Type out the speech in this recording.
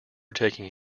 taking